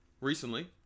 recently